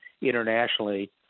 internationally